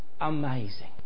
amazing